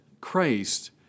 Christ